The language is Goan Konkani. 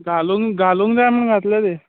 घालूंक घालूंक जाय म्हणून घातला तीं